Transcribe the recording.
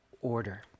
order